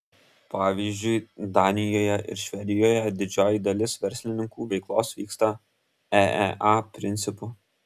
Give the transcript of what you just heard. pavyzdžiui danijoje ir švedijoje didžioji dalis verslininkų veiklos vyksta eea principu